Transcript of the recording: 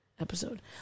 episode